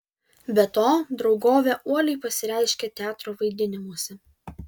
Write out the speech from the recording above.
be to draugovė uoliai pasireiškė teatro vaidinimuose